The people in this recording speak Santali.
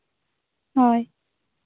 ᱦᱳᱭ